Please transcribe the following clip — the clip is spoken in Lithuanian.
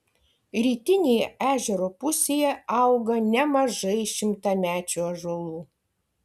rytinėje ežero pusėje auga nemažai šimtamečių ąžuolų